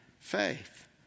faith